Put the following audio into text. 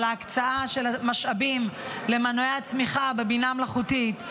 על ההקצאה של המשאבים למנועי הצמיחה בבינה המלאכותית,